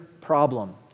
problem